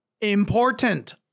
important